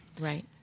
Right